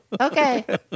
okay